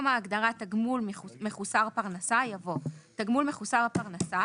ההגדרה "תגמול מחוּסר פרנסה" יבוא: ""תגמול מחוסר פרנסה"